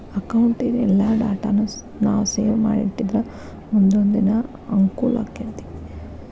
ಅಕೌಟಿನ್ ಎಲ್ಲಾ ಡಾಟಾನೂ ನಾವು ಸೇವ್ ಮಾಡಿಟ್ಟಿದ್ರ ಮುನ್ದೊಂದಿನಾ ಅಂಕೂಲಾಕ್ಕೆತಿ